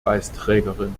preisträgerin